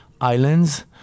islands